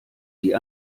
die